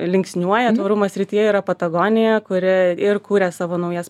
linksniuoja tvarumo srityje yra patagonija kuri ir kuria savo naujas